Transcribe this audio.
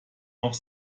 auch